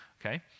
okay